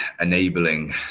enabling